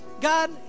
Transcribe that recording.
God